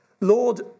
Lord